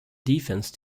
defense